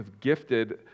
gifted